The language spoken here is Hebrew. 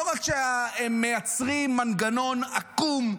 לא רק שהם מייצרים מנגנון עקום,